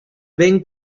ben